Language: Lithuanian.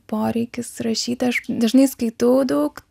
poreikis rašyti aš dažnai skaitau daug